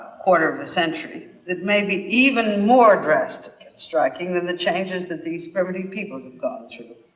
quarter of a century that may be even more drastic and striking than the changes that these primitive peoples have gone through.